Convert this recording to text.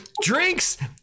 drinks